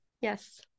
Yes